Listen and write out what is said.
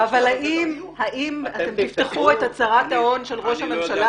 אבל האם אתם תפתחו את הצהרת ההון של ראש הממשלה?